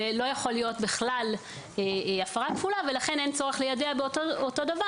בכלל לא יכול להיות הפרה כפולה ולכן אין צורך ליידע אותו דבר.